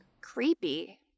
Creepy